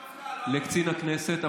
למפכ"ל.